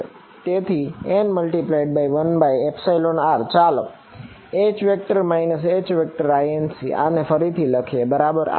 તેથી n×1r ચાલો H Hinc આને ફરીથી લખીએ બરાબર